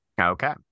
okay